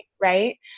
right